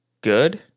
good